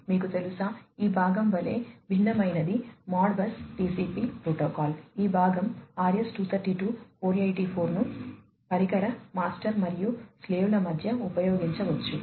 మీకు తెలుసా ఈ భాగం వలె భిన్నమైనది మోడ్బస్ టిసిపి ప్రోటోకాల్ ఈ భాగం RS 232 484 ను పరికర మాస్టర్ మరియు స్లేవ్ ల మధ్య ఉపయోగించవచ్చు